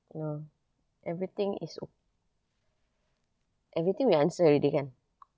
no everything is o~ everything we answer already kan